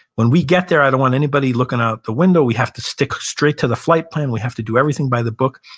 when we get there, i don't want anybody looking out the window. we have to stick straight to the flight plan. we have to do everything by the book.